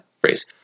phrase